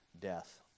death